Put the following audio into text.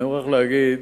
אני מוכרח להגיד